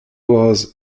was